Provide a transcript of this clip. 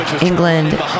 England